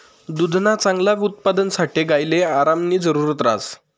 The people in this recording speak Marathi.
दुधना चांगला उत्पादनसाठे गायले आरामनी जरुरत ह्रास